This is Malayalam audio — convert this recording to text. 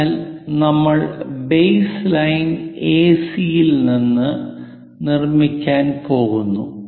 അതിനാൽ നമ്മൾ ബേസ് ലൈൻ എസി യിൽ നിന്ന് നിർമ്മിക്കാൻ പോകുന്നു